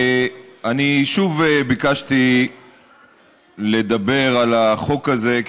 אני ביקשתי לדבר שוב על החוק הזה,